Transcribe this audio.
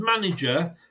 manager